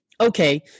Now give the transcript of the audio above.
okay